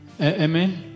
amen